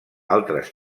altres